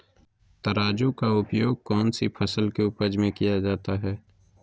तराजू का उपयोग कौन सी फसल के उपज में किया जाता है?